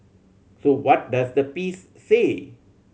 so what does the piece say